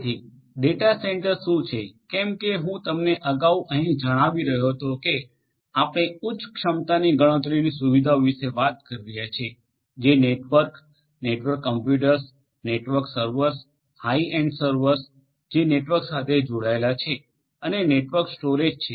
જેથી data centre શું છે કેમ કે હું તમને અગાઉ અહીં જણાવી રહ્યો હતો કે આપણે ઉચ્ચ ક્ષમતાની ગણતરીની સુવિધાઓ વિશે વાત કરી રહ્યા છીએ જે network network computers network servers high end server જે નેટવર્ક સાથે જોડાયેલા છે અને નેટવર્ક સ્ટોરેજ છે